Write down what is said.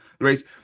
race